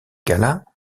gala